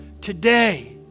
today